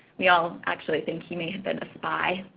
we all actually think he may have been a spy.